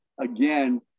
again